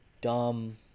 dumb